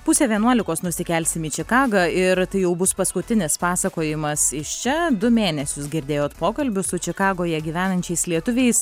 pusę vienuolikos nusikelsim į čikagą ir tai jau bus paskutinis pasakojimas iš čia du mėnesius girdėjot pokalbius su čikagoje gyvenančiais lietuviais